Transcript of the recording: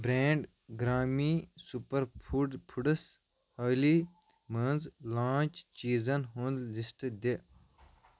brand گرٛامی super food foods حٲلی منٛز لانٛچ چیٖزن ہُنٛد لِسٹ دِ